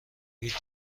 هیچ